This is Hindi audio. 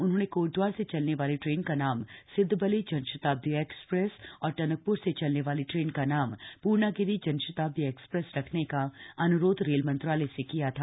उन्होंने कोटद्वार से चलने वाली ट्रेन का नाम सिद्धबली जनशताब्दी एक्सप्रेस और टनकप्र से चलने वाली ट्रेन का नाम पूर्णागिरि जनशताब्दी एक्सप्रेस रखने का अन्रोध रेल मंत्रालय से किया था